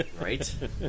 Right